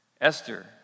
Esther